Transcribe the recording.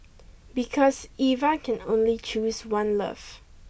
because Eva can only choose one love